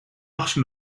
marche